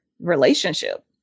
relationship